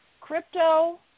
Crypto